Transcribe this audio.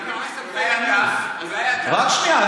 אם זה היית אתה, רק שנייה.